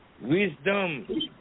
wisdom